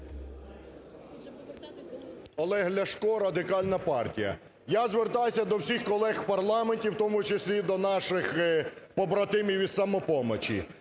Олег Ляшко, Радикальна партія. Я звертаюся до всіх колег в парламенті, в тому числі і до наших побратимів із "Самопомочі".